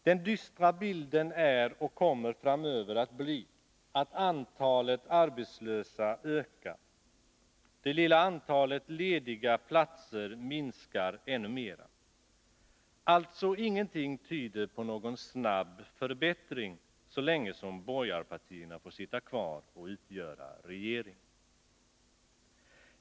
Den dystra bilden är, och kommer framöver att vara, att antalet arbetslösa ökar, medan det lilla antalet lediga platser minskar ännu mera. Ingenting tyder alltså på en snabb förbättring så länge borgarpartierna får sitta kvar i regeringsställning.